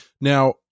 Now